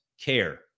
care